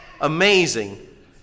amazing